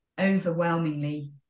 overwhelmingly